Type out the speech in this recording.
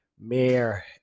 Mayor